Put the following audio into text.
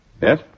Yes